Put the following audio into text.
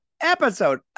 episode